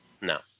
no